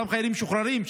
לאותם חיילים משוחררים,